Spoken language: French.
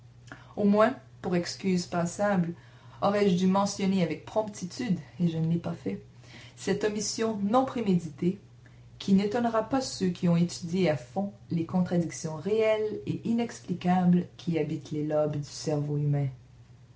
au moins pour excuse passable aurai-je dû mentionner avec promptitude et je ne l'ai pas fait cette omission non préméditée qui n'étonnera pas ceux qui ont étudié à fond les contradictions réelles et inexplicables qui habitent les lobes du cerveau humain